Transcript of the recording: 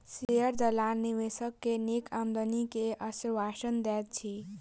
share दलाल निवेशक के नीक आमदनी के आश्वासन दैत अछि